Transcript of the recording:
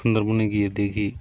সুন্দরবনে গিয়ে দেখি